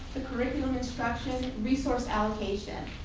the curriculum instruction, resource allocation.